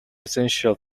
essential